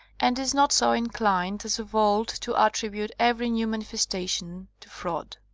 and is not so inclined as of old to attribute every new manifestation to fraud.